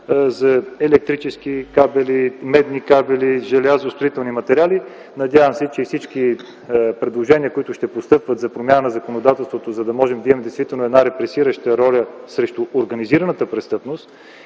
– електрически кабели, медни кабели, желязо, строителни материали; надявам се, че всички предложения, които ще постъпят за промяна в законодателството, да можем да имаме репресираща роля срещу организираната престъпност